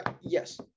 yes